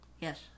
yes